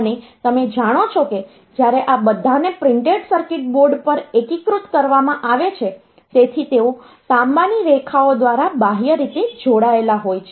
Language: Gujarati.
અને તમે જાણો છો કે જ્યારે આ બધાને પ્રિન્ટેડ સર્કિટ બોર્ડ પર એકીકૃત કરવામાં આવે છે તેથી તેઓ તાંબાની રેખાઓ દ્વારા બાહ્ય રીતે જોડાયેલા હોય છે